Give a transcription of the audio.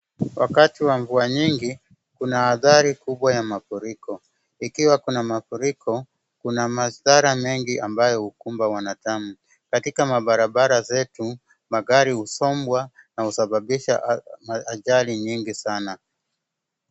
Wakati wa mvua nyingi, kuna athari kubwa ya mafuriko. Ikiwa kuna mafuriko, kuna mastara mengi ambayo hukumba wanadamu. Katika mabarabara zetu, magari husombwa na husababisha ajali nyingi sana.